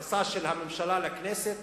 יחסה של הממשלה לכנסת,